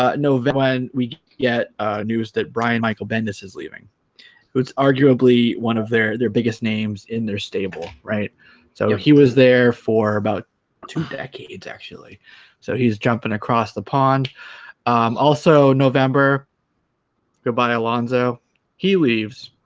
ah no! when we yeah news that brian michael bendis is leaving it's arguably one of their their biggest names in their stable right so he was there for about two decades actually so he's jumping across the pond um also november goodbye alonso he leaves